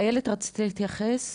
איילת, את רצית להתייחס?